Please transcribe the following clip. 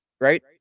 Right